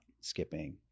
skipping